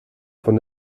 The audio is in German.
von